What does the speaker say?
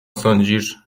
sądzisz